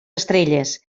estrelles